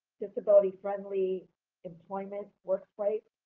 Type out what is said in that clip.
disability-friendly employment workspace,